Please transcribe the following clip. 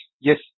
Yes